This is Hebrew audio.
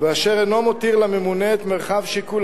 ואשר אינו מותיר לממונה את מרחב שיקול